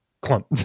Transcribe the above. clump